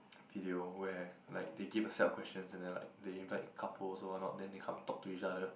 video where like they give a set of questions and then like they invite couples or what not then they come talk to each other